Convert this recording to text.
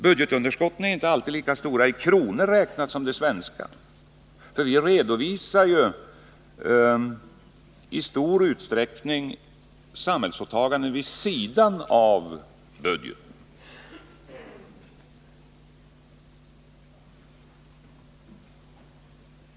Budgetunderskotten är inte alltid lika stora som det svenska i kronor räknat, för vi redovisar ju i stor utsträckning samhällsåtaganden vid sidan av budgeten.